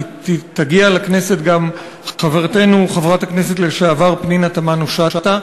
תגיע לכנסת גם חברתנו חברת הכנסת לשעבר פנינה תמנו-שטה.